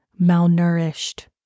malnourished